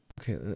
Okay